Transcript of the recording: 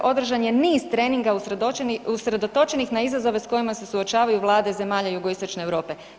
Održan je niz treninga usredotočenih na izazove s kojima se suočavaju vlade zemalja Jugoistočne Europe.